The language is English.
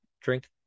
drink